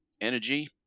energy